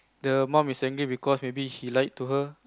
the mum is angry because maybe he lied to her